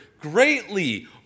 greatly